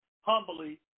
humbly